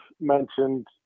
mentioned